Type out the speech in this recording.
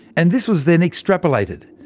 and this was then extrapolated,